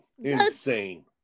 Insane